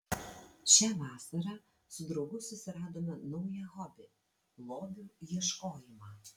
šią vasarą su draugu susiradome naują hobį lobių ieškojimą